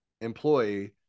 employee